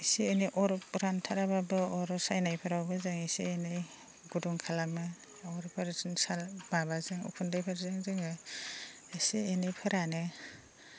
एसे एनै अर रानथाराब्लाबो अर सायनायफोरावबो जों एसे एनै गुदुं खालामो अरफोरजों माबाजों उखुन्दैफोरजों जोङो एसे एनै फोरानो